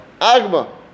Agma